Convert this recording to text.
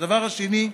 הדבר השני,